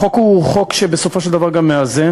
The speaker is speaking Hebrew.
החוק הוא חוק שבסופו של דבר גם מאזן.